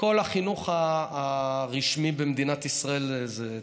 בכל החינוך הרשמי במדינת ישראל זה תקף.